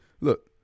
look